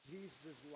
Jesus